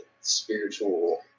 spiritual